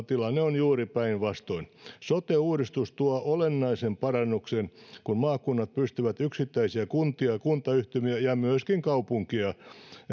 tilanne on juuri päinvastoin sote uudistus tuo olennaisen parannuksen kun maakunnat pystyvät yksittäisiä kuntia ja kuntayhtymiä ja myöskin kaupunkeja